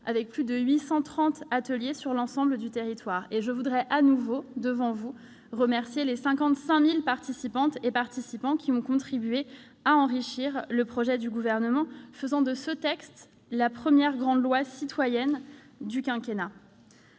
avec plus de 830 ateliers sur l'ensemble du territoire. Aussi, je voudrais de nouveau devant vous remercier les 55 000 participantes et participants qui ont contribué à enrichir le projet du Gouvernement, faisant de ce texte la première grande loi citoyenne du quinquennat.